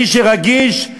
מי שרגיש,